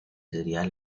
sería